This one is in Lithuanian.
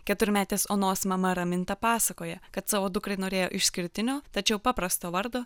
keturmetės onos mama raminta pasakoja kad savo dukrai norėjo išskirtinio tačiau paprasto vardo